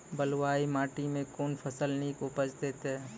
बलूआही माटि मे कून फसल नीक उपज देतै?